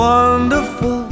Wonderful